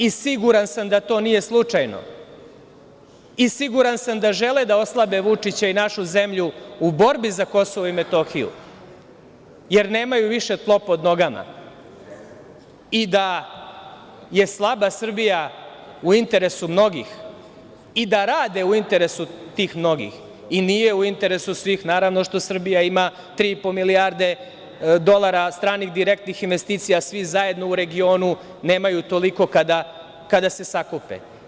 I sigurna sam da to nije slučajno, i siguran sam da žele da oslabe Vučića i našu zemlju u borbi za Kosovo i Metohiju, jer nemaju više tlo pod nogama i da je slaba Srbija u interesu mnogih i da rade u interesu tih mnogih i nije u interesu svih naravno što Srbija ima 3,5 milijardi dolara stranih, direktnih investicija, koliko svi zajedno u regionu nemaju toliko kada se sakupe.